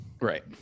right